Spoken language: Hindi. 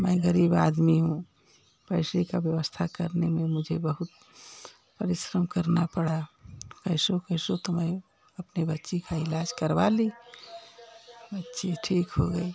मैं गरीब आदमी हूँ पैसे का व्यवस्था करने में मुझे बहुत परिश्रम करना परा कैसो कैसो तो मैं अपने बच्ची का इलाज़ करवा ली बच्ची ठीक हो गई